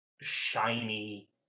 shiny